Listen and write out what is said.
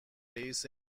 رئیس